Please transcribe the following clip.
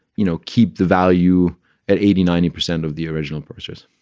you know, keep the value at eighty, ninety percent of the original purchase.